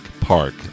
Park